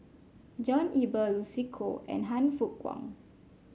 John Eber Lucy Koh and Han Fook Kwang